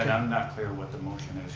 not clear what the motion is,